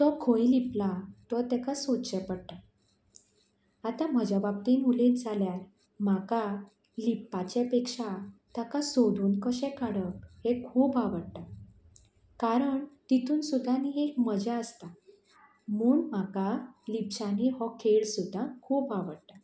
तो खंय लिपला तो तेका सोदचें पडटा आतां म्हजे बाबतीन उलयत जाल्यार म्हाका लिपपाचे पेक्षा ताका सोदून कशें काडप हें खूब आवडटा कारण तितून सुद्दां न्ही एक मजा आसता म्हूण म्हाका लिपच्यांनी हो खेळ सुद्दां खूब आवडटा